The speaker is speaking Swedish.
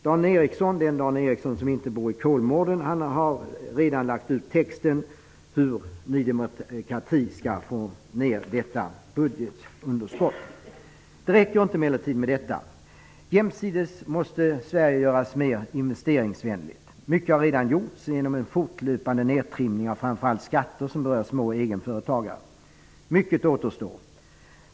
Dan Eriksson, han som inte bor i Kolmården, har redan lagt ut texten hur Ny demokrati skall få ner budgetunderskottet. Det räcker emellertid inte med det. Jämsides måste Sverige göras mer investeringsvänligt. Mycket har redan gjorts genom en fortlöpande nertrimning av framför allt de skatter som berör små och egenföretagarna. Mycket återstår.